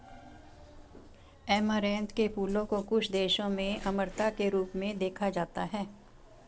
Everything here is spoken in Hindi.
ऐमारैंथ के फूलों को कुछ देशों में अमरता के रूप में देखा जाता है